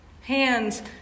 hands